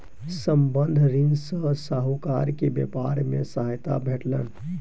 संबंद्ध ऋण सॅ साहूकार के व्यापार मे सहायता भेटलैन